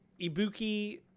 ibuki